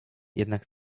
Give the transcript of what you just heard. jednak